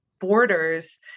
borders